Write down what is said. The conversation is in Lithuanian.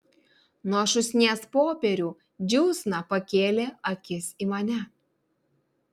nuo šūsnies popierių džiūsna pakėlė akis į mane